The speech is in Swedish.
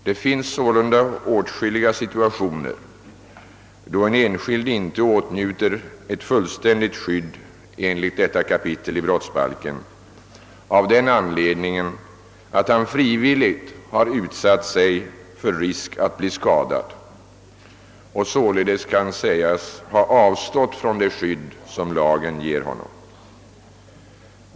Det finns sålunda åtskilliga situationer då en enskild inte åtnjuter ett fullständigt skydd enligt 3 kap. brottsbalken av den anledningen att han frivilligt utsatt sig för risk att bli skadad och således kan sägas ha avstått från det skydd lagen ger honom.